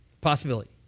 Possibility